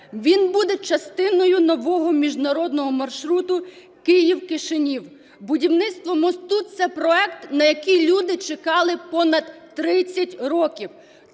Він буде частиною нового міжнародного маршруту "Київ-Кишенів". Будівництво мосту – це проект, на який люди чекали понад 30 років.